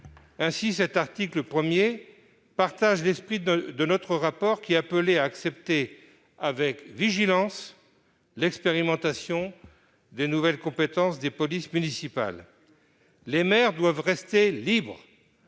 Ainsi cet article 1 partage-t-il l'esprit de notre rapport, lequel appelait à accepter avec vigilance l'expérimentation des nouvelles compétences des polices municipales. Les maires doivent rester libres